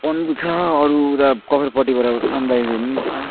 पन्बू छ अरू उता कफेरपट्टिबाट सनराइजहरू पनि छ